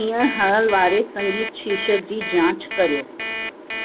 हीअंर हलणु वारे संगीत शीर्षक जी जांच करियो